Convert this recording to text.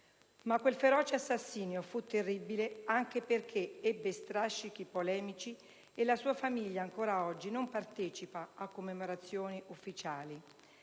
Ma quel feroce assassinio fu terribile anche perché ebbe strascichi polemici e la sua famiglia, ancora oggi, non partecipa a commemorazioni ufficiali.